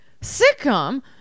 sitcom